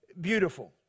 beautiful